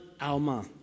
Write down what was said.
Alma